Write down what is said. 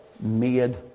made